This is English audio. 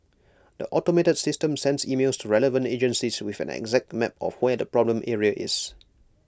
the automated system sends emails to relevant agencies with an exact map of where the problem area is